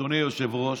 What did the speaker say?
אדוני היושב-ראש,